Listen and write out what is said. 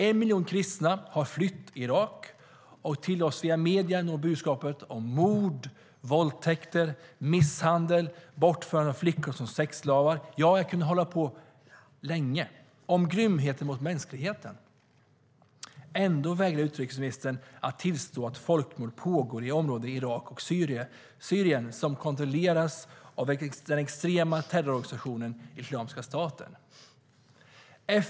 1 miljon kristna har flytt Irak, och via medierna når oss budskapet om mord, våldtäkter, misshandel, bortförande av flickor som sexslavar - ja, jag kunde hålla på länge. Det handlar om grymheter mot mänskligheten. Ändå vägrar utrikesministern att tillstå att folkmord pågår i området Irak och Syrien, som kontrolleras av den extrema terrororganisationen Islamiska staten.